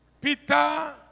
Peter